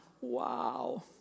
Wow